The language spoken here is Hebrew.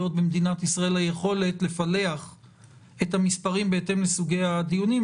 במדינת ישראל היכולת לפלח את המספרים בהתאם לסוגי הדיונים,